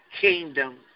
kingdom